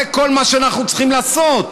זה כל מה שאנחנו צריכים לעשות,